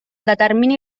determini